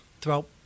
throughout